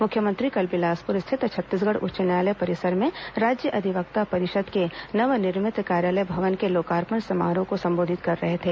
मुख्यमंत्री कल बिलासपुर स्थित छत्तीसगढ़ उच्च न्यायालय परिसर में राज्य अधिवक्ता परिषद के नवनिर्मित कार्यालय भवन के लोकार्पण समारोह को संबोधित कर रहे थे